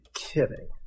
kidding